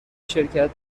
شرکت